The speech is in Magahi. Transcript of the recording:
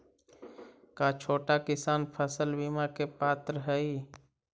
का छोटा किसान फसल बीमा के पात्र हई?